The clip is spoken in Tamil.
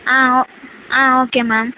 ஆ ஆ ஓகே மேம்